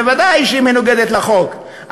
ודאי שהיא מנוגדת לחוק.